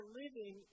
living